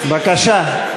בבקשה.